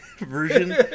Version